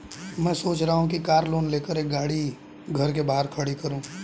मैं सोच रहा हूँ कि कार लोन लेकर एक गाड़ी घर के बाहर खड़ी करूँ